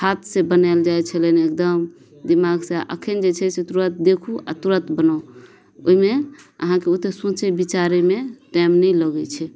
हाथ से बनाएल जाइ छलनि एकदम दिमाग से अखन जे छै से तुरत देखू आ तुरत बनाउ ओहिमे अहाँके ओते सोचै बिचारेमे टाइम नहि लगै छै